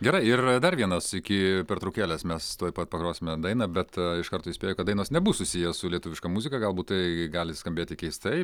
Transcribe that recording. gerai ir dar vienas iki pertraukėlės mes tuoj pat pagrosime dainą bet iš karto įspėju kad dainos nebus susiję su lietuviška muzika galbūt tai gali skambėti keistai